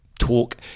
talk